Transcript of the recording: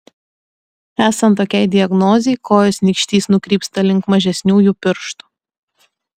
esant tokiai diagnozei kojos nykštys nukrypsta link mažesniųjų pirštų